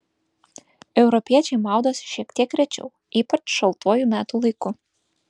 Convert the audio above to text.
europiečiai maudosi šiek tiek rečiau ypač šaltuoju metų laiku